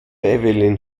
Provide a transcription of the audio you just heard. evelyn